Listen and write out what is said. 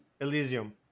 Elysium